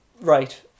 Right